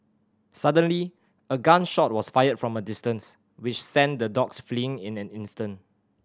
suddenly a gun shot was fired from a distance which sent the dogs fleeing in an instant